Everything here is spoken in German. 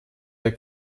der